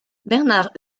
bernard